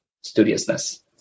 studiousness